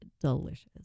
delicious